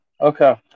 Okay